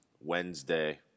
Wednesday